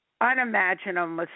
unimaginable